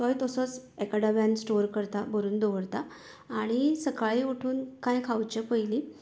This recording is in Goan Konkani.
तोवूय तसोच एका डब्यान स्टोर करता भरून दवरता आनी सकाळी उठून कांय खावचे पयली